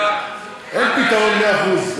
אין פתרון מאה אחוז.